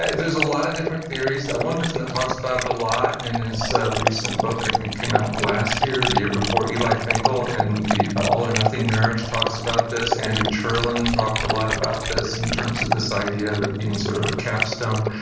there's a lot of different theories. one person that talks about it a lot in his recent book i think came out last year, or the year before, eli finkel, and the all-or-nothing marriage, talks about this, andrew cherlin talked a lot about this in terms of this idea of it being sort of a capstone.